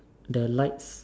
the lights